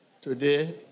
Today